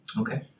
Okay